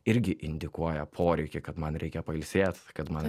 irgi indikuoja poreikį kad man reikia pailsėt kad man